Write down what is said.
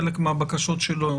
חלק מהבקשות שלו,